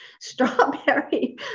strawberry